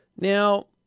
Now